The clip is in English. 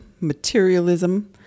materialism